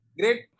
Great